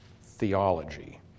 theology